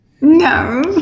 No